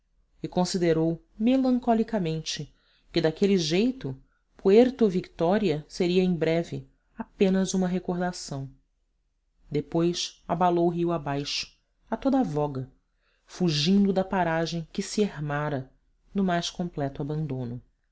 e considerou melancolicamente que daquele jeito puerto victoria seria em breve apenas uma recordação depois abalou rio abaixo a toda a voga fugindo da paragem que se ermana no mais completo abandono